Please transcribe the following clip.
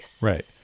Right